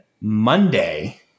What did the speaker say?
Monday